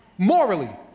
Morally